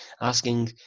asking